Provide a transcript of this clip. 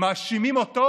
הם מאשימים אותו,